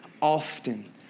often